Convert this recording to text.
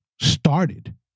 Started